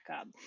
up